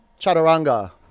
chaturanga